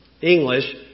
English